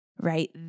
right